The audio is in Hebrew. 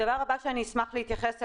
הדבר הבא שאני אשמח להתייחס אליו,